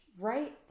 right